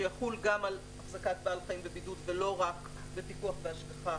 שיחול גם על החזקת בעל חיים בבידוד ולא רק בפיקוח והשגחה